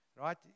right